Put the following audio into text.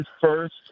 first